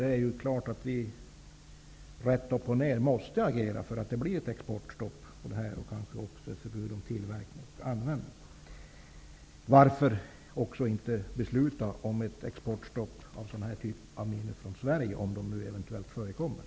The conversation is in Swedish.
Det är klart att vi rätt upp och ner måste agera för ett exportstopp och kanske även ett förbud mot tillverkning och användning. Varför inte besluta om ett exportstopp för den här typen av minor från Sverige, om de eventuellt förekommer.